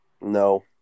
No